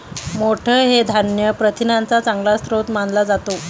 मोठ हे धान्य प्रथिनांचा चांगला स्रोत मानला जातो